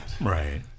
Right